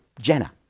Jenna